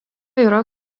yra